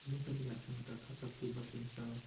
नेपाली भाषामा त थचक्कै बसिन्छ